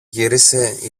γύρισε